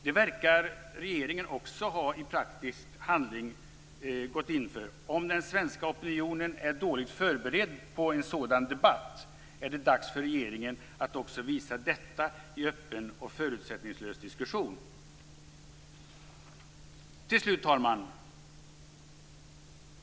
Regeringen verkar också i praktisk handling ha gått in för detta. Om den svenska opinionen är dåligt förberedd på en sådan debatt är det dags för regeringen att också visa detta i en öppen och förutsättningslös diskussion. Till slut, fru talman!